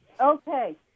Okay